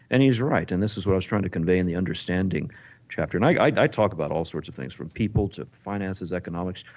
and he is right, and this was what i was trying to convey in the understanding chapter. and i talk about all sorts of things from people to finances and economics,